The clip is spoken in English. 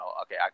okay